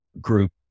Group